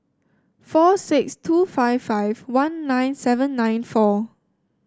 four six two five five one nine seven nine four